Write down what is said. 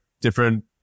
different